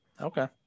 Okay